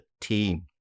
team